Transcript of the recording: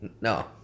No